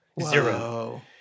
Zero